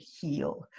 heal